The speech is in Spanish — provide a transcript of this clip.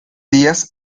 días